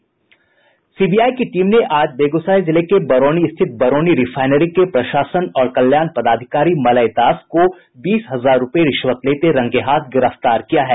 CBI की team ने आज बेगूसराय जिले के बरौनी स्थित बरौनी रिफायनरी के प्रशासन और कल्याण पदाधिकारी मलय दास को बीस हजार रूपये रिश्वत लेते रंगेहाथ गिरफ्तार किया है